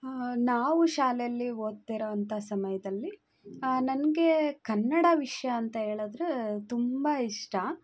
ನಾವು ಶಾಲೆಯಲ್ಲಿ ಓದ್ತಿರುವಂತ ಸಮಯದಲ್ಲಿ ನನಗೆ ಕನ್ನಡ ವಿಷಯ ಅಂತ ಹೇಳಿದ್ರೆ ತುಂಬ ಇಷ್ಟ